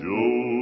Joe